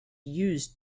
used